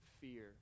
fear